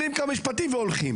אומרים כמה משפטים והולכים.